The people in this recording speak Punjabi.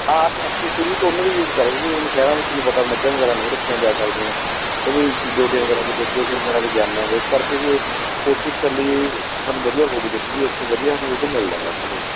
ਹਾਂ ਅਸੀਂ ਅਸੀਂ ਸ਼ੁਰੂ ਤੋਂ ਉਹਨਾਂ ਦਾ ਯੂਜ਼ ਕਰਦੇ ਕਿਉਂਕਿ ਹੁਣ ਸ਼ਹਿਰਾਂ ਵਿੱਚ ਤੁਹਾਨੂੰ ਪਤਾ ਮੱਝਾਂ ਵਗੈਰਾ ਨਹੀਂ ਰੱਖੀਆਂ ਜਾ ਸਕਦੀਆਂ ਉਹ ਵੀ ਜੋ ਡਿਊਟੀਆਂ ਵਗੈਰਾ 'ਤੇ ਜਾਂਦੇ ਹੈਗੇ ਇਸ ਕਰਕੇ ਜੀ ਉਹ ਉੱਥੇ ਚੱਲੀ ਸਾਨੂੰ ਵਧੀਆ ਹੋ ਗਈ ਦੁੱਧ ਜੀ ਉੱਥੋਂ ਵਧੀਆ ਹੁਣ ਦੁੱਧ ਮਿਲਦਾ ਹੈਗਾ ਉਹਨਾਂ ਦੇ